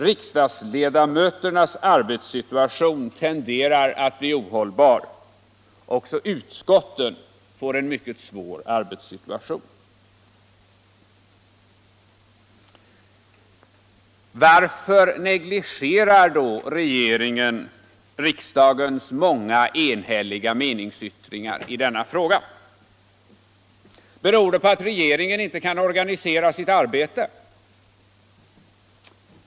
Riksdagsledamöternas arbetssituation tenderar att bli ohållbar. Också utskotten får en mycket svår arbetssituation. Varför negligerar då regeringen riksdagens många meningsyttringar i denna fråga? Beror det på att regeringen inte kan organisera sitt arbete?